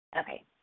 Okay